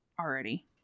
already